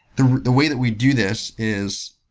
the the way that we do this is